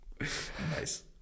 Nice